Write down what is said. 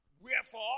Wherefore